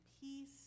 peace